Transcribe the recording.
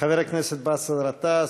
חבר הכנסת באסל גטאס,